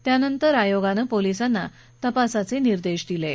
त्यानंतर आयोगानं पोलीसांना तपासाचे निर्देश दिले आहेत